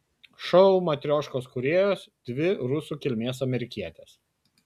šou matrioškos kūrėjos dvi rusų kilmės amerikietės